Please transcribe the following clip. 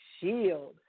shield